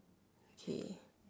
okay